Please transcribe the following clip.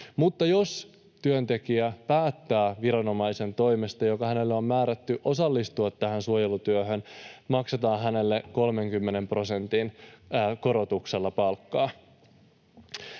Mutta jos työntekijä päättää viranomaisen toimesta, jos se on hänelle määrätty, osallistua tähän suojelutyöhön, maksetaan hänelle 30 prosentin korotuksella palkkaa.